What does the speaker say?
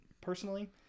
personally